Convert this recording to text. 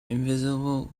invisible